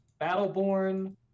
Battleborn